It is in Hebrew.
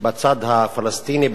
בצד הפלסטיני,